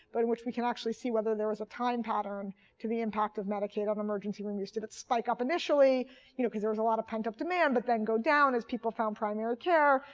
but in which we can actually see whether there was a time pattern to the impact of medicaid on emergency room use. did it spike up initially you know because there's a lot of pent up demand but then go down as people found primary care?